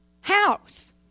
house